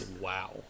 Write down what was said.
wow